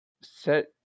set